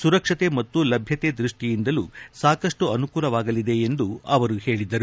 ಸುರಕ್ಷತೆ ಮತ್ತು ಲಭ್ಯತೆ ದೃಷ್ಟಿಯಿಂದಲೂ ಸಾಕಷ್ಟು ಅನುಕೂಲವಾಗಲಿದೆ ಎಂದು ಹೇಳಿದರು